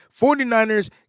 49ers